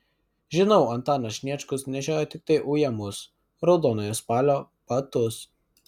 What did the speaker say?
žinau antanas sniečkus nešiojo tiktai ujamus raudonojo spalio batus